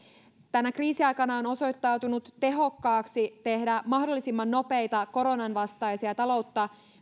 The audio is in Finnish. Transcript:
tänä kriisiaikana on osoittautunut tehokkaaksi tehdä mahdollisimman nopeita koronan vastaisia taloutta